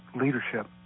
leadership